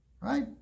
right